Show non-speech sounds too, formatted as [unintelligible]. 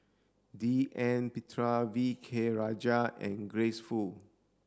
D N [unintelligible] V K Rajah and Grace Fu